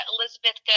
Elizabeth